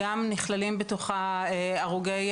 בגלל זה אין כל כך נגישות לא לבריכות ולא